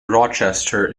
rochester